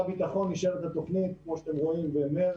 שר הביטחון אישר את התוכנית כמו שאתם רואים במרס,